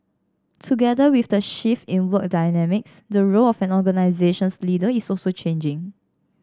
together with the shift in work dynamics the role of an organization's leader is also changing